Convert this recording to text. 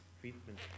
treatment